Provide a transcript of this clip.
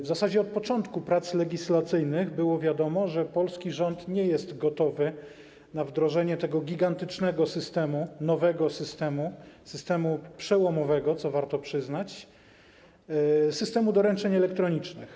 W zasadzie od początku prac legislacyjnych było wiadomo, że polski rząd nie jest gotowy na wdrożenie tego gigantycznego systemu, nowego systemu, systemu przełomowego, co warto przyznać, systemu doręczeń elektronicznych.